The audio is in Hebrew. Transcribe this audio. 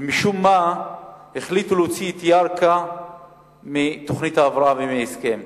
ומשום מה החליטו להוציא את ירכא מתוכנית ההבראה ומההסכם.